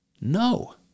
No